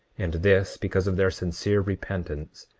and this because of their sincere repentance,